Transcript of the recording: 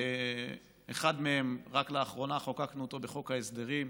אחד מהם, רק לאחרונה חוקקנו אותו בחוק ההסדרים,